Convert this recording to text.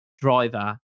driver